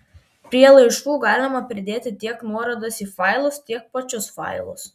prie laiškų galima pridėti tiek nuorodas į failus tiek pačius failus